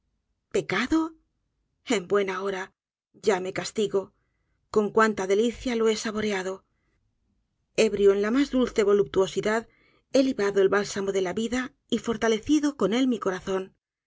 pecado en buen hora ya me castigo con cuánta delicia lo he saboreado ebrio en la mas dulce voluptuosidad he libado el bálsamo de la vida y fortalecido con él mi corazón